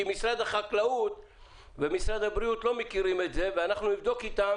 במשרד החקלאות ומשרד הבריאות לא מכירים את זה ואנחנו נבדוק איתם